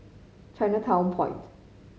Chinatown Point